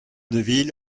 deville